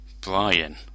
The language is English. Brian